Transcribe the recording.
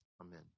Amen